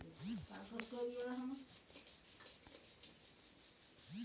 गाड़ा ल ठडुवारे बर जब ले बइला भइसा हर ओमहा नी फदाय रहेए गाड़ा ल टेकोना लगाय के ठडुवारल जाथे